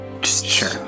Sure